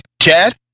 Chad